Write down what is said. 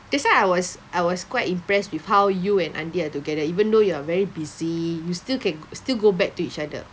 that's why I was I was quite impressed with how you Andy are together even though you are very busy you still can still go back to each other